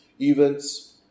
events